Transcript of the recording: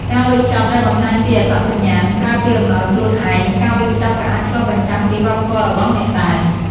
ការវេចខ្ចប់ដែលបង្ហាញពីអត្តសញ្ញាណ: ក្រៅពីអំណោយខ្លួនឯង ការវេចខ្ចប់ក៏អាចឆ្លុះបញ្ចាំងពីវប្បធម៌របស់អ្នកដែរ។